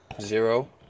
Zero